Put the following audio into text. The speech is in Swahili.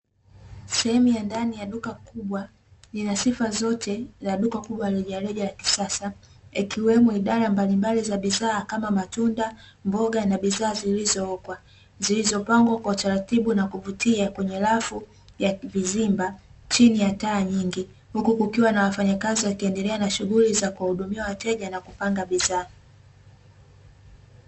Sehemu ya ndani ya duka kubwa, lina sifa zote za duka kubwa la rejareja la kisasa, ikiwemo idara mbalimbali za bidhaa kama matunda, mboga, na bidhaa zilizookwa, zilizopangwa kwa utaratibu na kuvutia kwenye rafu ya vizimba chini ya taa nyingi, huku kukiwa na wafanyakazi wakiendelea na shughuli za kuwahudumia wateja na kupanga bidhaa.